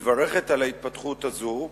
מברכת על ההתפתחות הזאת,